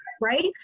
right